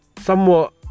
somewhat